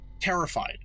terrified